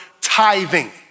tithing